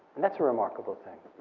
and that's a remarkable thing.